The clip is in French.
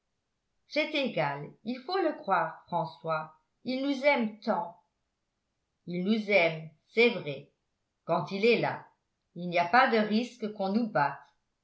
c'est égal il faut le croire françois il nous aime tant il nous aime c'est vrai quand il est là il n'y a pas de risque qu'on nous batte